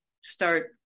start